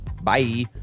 bye